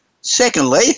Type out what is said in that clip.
Secondly